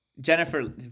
Jennifer